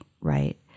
right